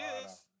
Yes